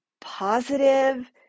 positive